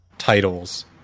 titles